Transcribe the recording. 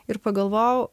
ir pagalvojau